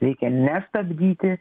reikia ne stabdyti